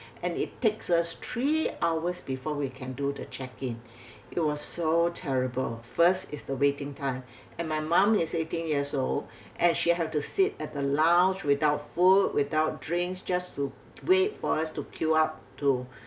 and it takes us three hours before we can do the check in it was so terrible first is the waiting time and my mum is eighty years old and she had to sit at the lounge without food without drinks just to wait for us to queue up to